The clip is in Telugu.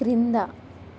క్రింద